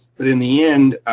but in the end,